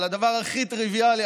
הדבר הכי טריוויאלי,